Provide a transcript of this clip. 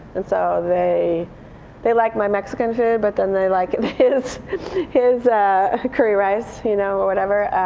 and so they they like my mexican food, but then they like his his curry rice, you know but whatever.